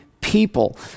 people